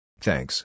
Thanks